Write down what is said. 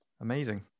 amazing